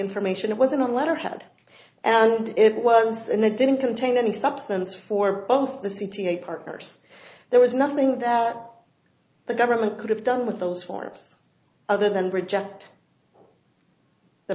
information it wasn't letterhead and it was and they didn't contain any substance for both the c t a partners there was nothing that the government could have done with those forms other than reject the